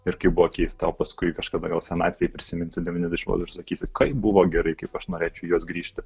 ir kaip buvo keista o paskui kažkada jau senatvėj prisimins devyniasdešimtuosius ir sakysi kaip buvo gerai kaip aš norėčiau į juos grįžti